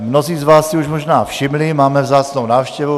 Mnozí z vás si už možná všimli, máme vzácnou návštěvu.